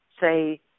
say